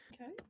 Okay